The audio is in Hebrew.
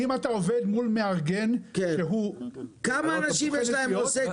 אם אתה עובד מול מארגן שהוא --- לכמה אנשים יש עוסק מורשה?